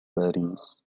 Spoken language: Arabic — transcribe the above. باريس